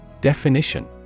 Definition